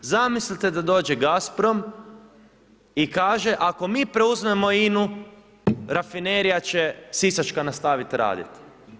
Zamislite da dođe Gazprom i kaže ako mi preuzmemo INA-u, rafinerija će sisačka nastaviti raditi.